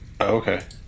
okay